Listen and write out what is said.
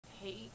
hate